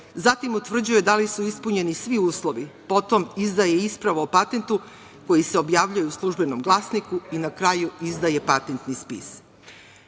zatim, utvrđuje da li su ispunjeni svi uslovi, a potom izdaje ispravu o patentu koji se objavljuje u „Službenom glasniku“ i na kraju izdaje patentni spis.